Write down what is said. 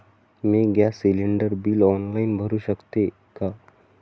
मी gas cylinder bill online भरु शकते का?